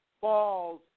falls